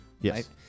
Yes